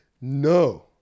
no